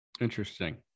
Interesting